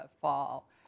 fall